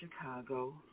Chicago